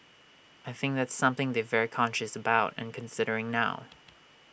I think that's something they've very conscious about and considering now